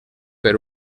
per